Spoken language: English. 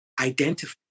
identify